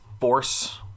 force